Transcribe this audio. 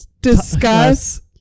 discuss